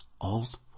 old